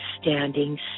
standing